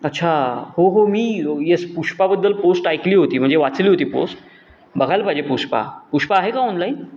अच्छा हो हो मी यस पुष्पाबद्दल पोस्ट ऐकली होती म्हणजे वाचली होती पोस्ट बघायला पाहिजे पुष्पा पुष्पा आहे का ऑनलाईन